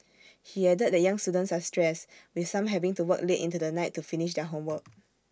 he added that young students are stressed with some having to work late into the night to finish their homework